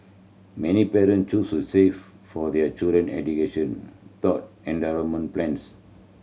many parent choose to save for their children education endowment plans